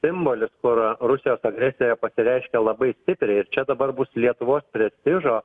simbolis kur rusijos agresija pasireiškė labai stipriai ir čia dabar bus lietuvos prestižo